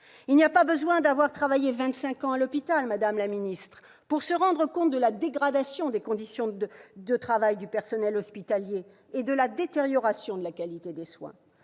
Il n'y a pas besoin d'avoir travaillé vingt-cinq ans à l'hôpital, madame la ministre, pour se rendre compte de la dégradation des conditions de travail du personnel hospitalier et de la détérioration de la qualité des soins.